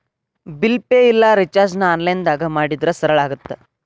bill pay ಇಲ್ಲಾ ರಿಚಾರ್ಜ್ನ ಆನ್ಲೈನ್ದಾಗ ಮಾಡಿದ್ರ ಸರಳ ಆಗತ್ತ